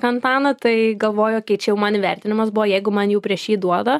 antaną tai galvojau okei čia jau man įvertinimas buvo jeigu man jau prieš jį duoda